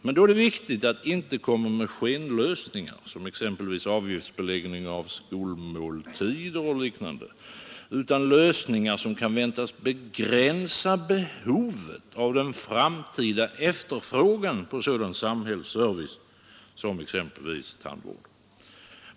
Men då är det viktigt att inte komma med skenlösningar, som exempelvis avgiftsbeläggning av skolmåltider och liknande, utan lösningar som kan väntas begränsa behovet av den framtida efterfrågan på sådan samhällsservice som exempelvis tandvård.